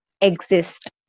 exist